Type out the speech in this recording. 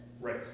right